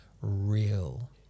real